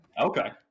Okay